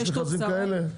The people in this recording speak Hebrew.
יש מכרזים כאלה.